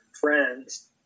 friends